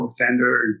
offender